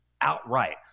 outright